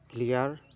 clear